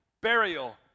burial